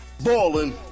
Ballin